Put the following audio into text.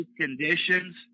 conditions